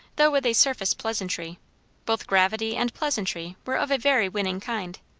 though with a surface pleasantry both gravity and pleasantry were of a very winning kind.